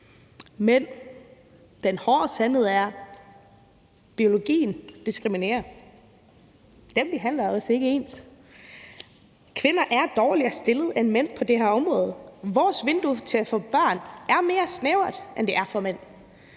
Men den hårde sandhed er, at biologien diskriminerer. Den behandler os ikke ens. Kvinder er dårligere stillet end mænd på det her område. Vores vindue til at få børn er mere snævert, end det er for mænd.